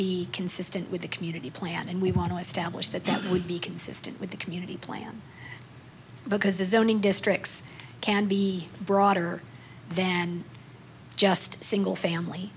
be consistent with the community plan and we want to establish that that would be consistent with the community plan because the zoning districts can be broader than just single family